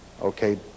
Okay